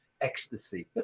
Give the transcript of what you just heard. ecstasy